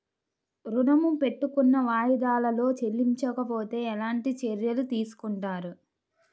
ఋణము పెట్టుకున్న వాయిదాలలో చెల్లించకపోతే ఎలాంటి చర్యలు తీసుకుంటారు?